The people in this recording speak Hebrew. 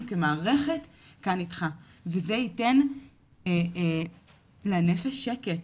אנחנו כמערכת כאן איתך וזה ייתן לנפש שקט.